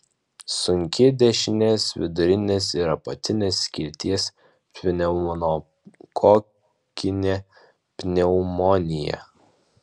sunki dešinės vidurinės ir apatinės skilties pneumokokinė pneumonija